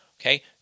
Okay